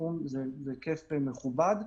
זה היקף מכובד.